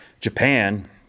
Japan